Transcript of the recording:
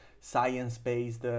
science-based